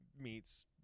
meets